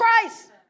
Christ